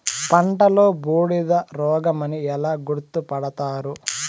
పంటలో బూడిద రోగమని ఎలా గుర్తుపడతారు?